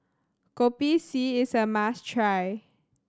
Kopi C is a must try